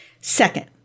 Second